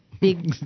big